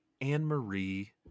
Anne-Marie